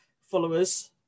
followers